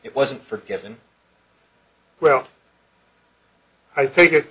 it wasn't forgiven well i think